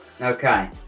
Okay